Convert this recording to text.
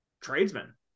tradesmen